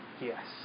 Yes